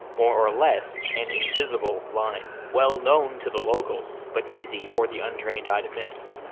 more or less an invisible line, well known to the locals, but easy for the untrained eye to miss.